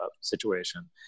situation